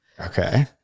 Okay